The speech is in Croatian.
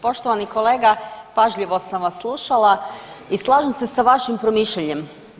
Poštovani kolega pažljivo sam vas slušala i slažem se sa vašim promišljanjem.